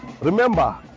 remember